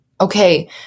okay